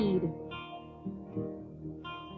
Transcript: need